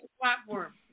platform